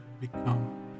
become